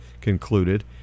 concluded